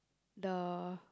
the